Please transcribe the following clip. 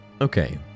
Okay